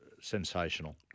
sensational